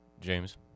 James